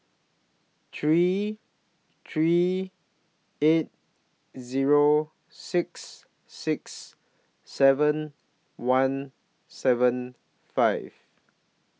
three three eight Zero six six seven one seven five